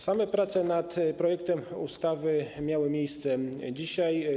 Same prace nad projektem ustawy miały miejsce dzisiaj.